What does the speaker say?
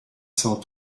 cent